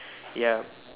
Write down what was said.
yup